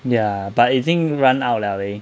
ya but 已经 run out 了 leh